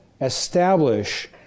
establish